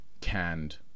canned